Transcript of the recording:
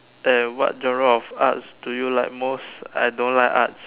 and what genre of arts do you like most I don't like arts